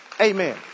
Amen